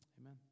amen